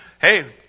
hey